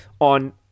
on